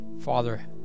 Father